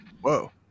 Whoa